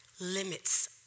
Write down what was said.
limits